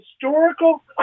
historical